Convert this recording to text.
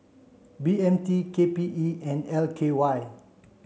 B M T K P E and L K Y